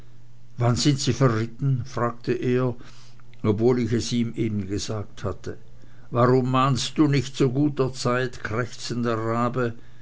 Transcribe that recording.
wann sind sie verritten fragte er obwohl ich es ihm eben gesagt hatte warum mahnst du nicht zu guter zeit krächzender rabe